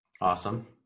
Awesome